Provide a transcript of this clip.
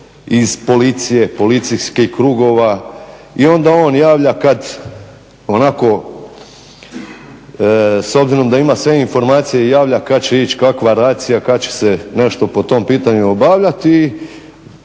iz policije, policijskih krugova i onda on javlja kad onako s obzirom da ima sve informacije i javlja kad će ići kakva racija, kad će se nešto po tom pitanju obavljati,